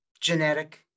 genetic